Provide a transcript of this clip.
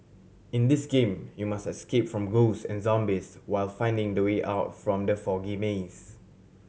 in this game you must escape from ghost and zombies while finding the way out from the foggy maze